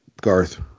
Garth